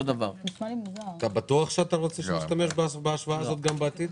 אתה בטוח שאתה רוצה שנשתמש בהשוואה הזאת גם בעתיד?